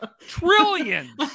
trillions